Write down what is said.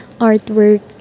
artwork